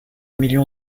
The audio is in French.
million